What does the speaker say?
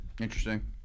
Interesting